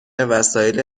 وسایل